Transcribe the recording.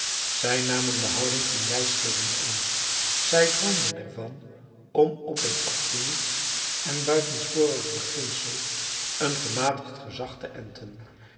zij namen de houding van wijsgeeren aan zij droomden er van om op een absoluut en buitensporig beginsel een gematigd gezag te enten